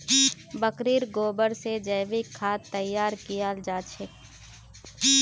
बकरीर गोबर से जैविक खाद तैयार कियाल जा छे